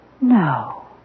No